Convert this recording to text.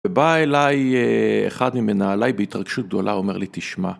ובאה אליי אחד ממנהלי בהתרגשות גדולה אומר לי תשמע.